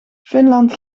finland